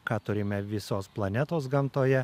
ką turime visos planetos gamtoje